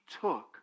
took